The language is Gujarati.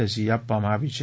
રસી આપવામાં આવી છે